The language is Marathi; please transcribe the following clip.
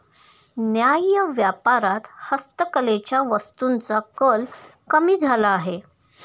न्याय्य व्यापारात हस्तकलेच्या वस्तूंचा कल कमी झाला आहे